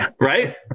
right